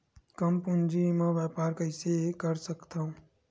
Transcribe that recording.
कम पूंजी म व्यापार कइसे कर सकत हव?